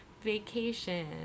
vacation